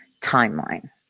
timeline